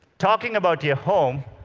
talking about your home,